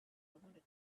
wanted